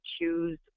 choose